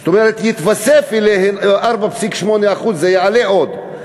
זאת אומרת, יתווספו אליהם 4.8%, זה יעלה עוד.